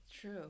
true